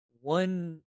one